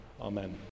Amen